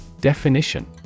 Definition